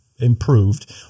improved